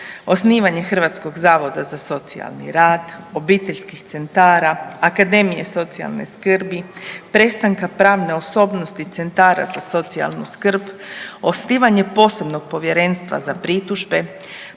osnivanje Hrvatskog zavoda za socijalni rad, obiteljskih centara, Akademije socijalne skrbi, prestanka pravne osobnosti centara za socijalnu skrb, osnivanje posebnog Povjerenstva za pritužbe,